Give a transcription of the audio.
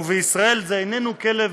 ובישראל זה איננו כלב